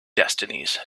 destinies